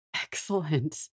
Excellent